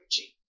energy